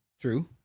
True